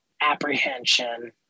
apprehension